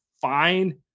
fine